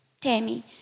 Tammy